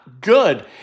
good